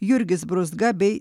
jurgis brūzga bei